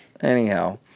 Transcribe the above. Anyhow